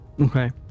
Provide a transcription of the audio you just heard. Okay